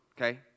okay